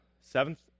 seventh